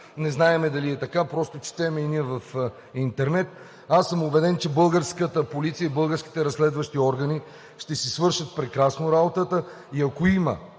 Не знаем дали е така, а просто четем и ние в интернет. Убеден съм, че българската полиция и българските разследващи органи ще си свършат прекрасно работата и ако има